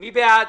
מי בעד?